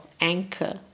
anchor